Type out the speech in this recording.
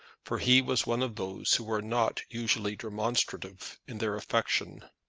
for he was one of those who are not usually demonstrative in their affection.